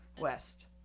west